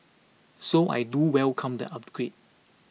so I do welcome the upgrade